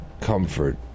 comfort